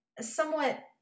somewhat